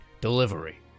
delivery